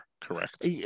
correct